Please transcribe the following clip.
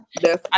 Yes